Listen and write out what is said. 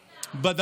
רגע, אין שר.